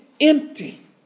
empty